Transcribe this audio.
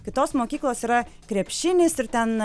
kitos mokyklos yra krepšinis ir ten